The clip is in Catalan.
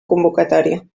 convocatòria